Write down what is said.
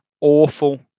Awful